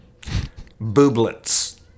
Booblets